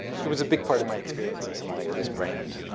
it was a big part of my experience in somalia, this brand,